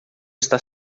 está